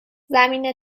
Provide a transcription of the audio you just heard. زمین